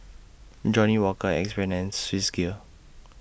Johnnie Walker Axe Brand and Swissgear